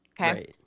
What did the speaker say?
Okay